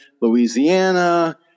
Louisiana